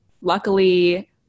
luckily